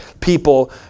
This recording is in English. people